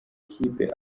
kipe